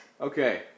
Okay